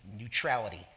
neutrality